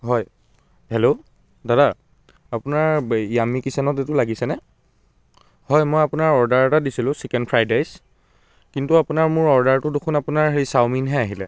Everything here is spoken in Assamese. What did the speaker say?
হয় হেল্ল' দাদা আপোনাৰ য়ামি কিচেনত এইটো লাগিছেনে হয় মই আপোনাৰ অৰ্ডাৰ এটা দিছিলোঁ চিকেন ফ্ৰাইড ৰাইচ কিন্তু আপোনাৰ মোৰ অৰ্ডাৰটো দেখোন আপোনাৰ চাওমিনহে আহিলে